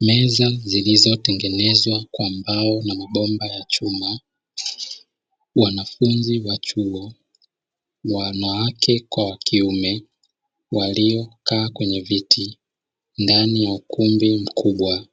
Meza zilizotengenezwa kwa mbao na mabomba ya chuma, wanafunzi wa chuo wanawake kwa wakiume waliokaa kwenye viti ndani ya ukumbi mkubwa